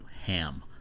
ham